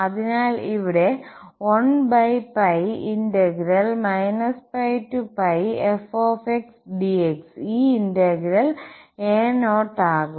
അതിനാൽ ഇവിടെ ഈ ഇന്റഗ്രൽ a0 ആകും